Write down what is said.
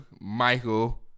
Michael